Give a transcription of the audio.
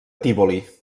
tívoli